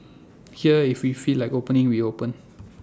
here if we feel like opening we open